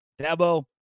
Dabo